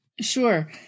Sure